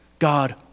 God